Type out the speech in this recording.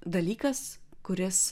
dalykas kuris